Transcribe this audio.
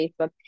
Facebook